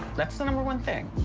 that's the number one thing.